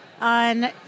on